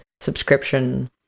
subscription